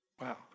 Wow